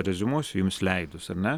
reziumuosiu jums leidus ar ne